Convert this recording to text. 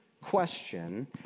question